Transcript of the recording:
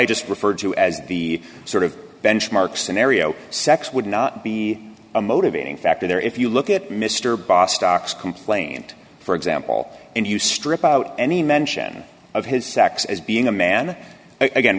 i just referred to as the sort of benchmark scenario sex would not be a motivating factor there if you look at mr bos stocks complaint for example and you strip out any mention of his sex as being a man again